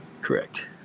Correct